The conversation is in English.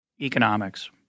economics